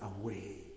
away